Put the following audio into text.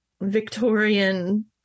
Victorian